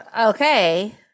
Okay